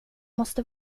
måste